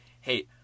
hey